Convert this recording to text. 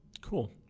Cool